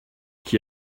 qui